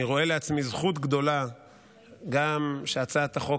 אני רואה לעצמי זכות גדולה שהצעת החוק